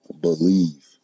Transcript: believe